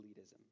elitism